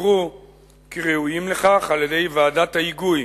שהוכרו כראויים לכך על-ידי ועדת ההיגוי,